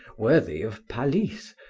worthy of palisse,